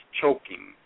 choking